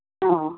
ആ